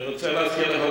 אני רוצה להזכיר לך,